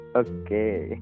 okay